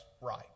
right